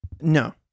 no